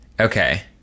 okay